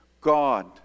God